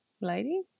lady